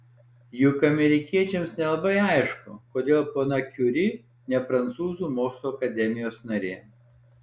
juk amerikiečiams nelabai aišku kodėl ponia kiuri ne prancūzų mokslų akademijos narė